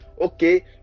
Okay